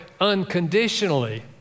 unconditionally